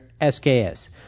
SKS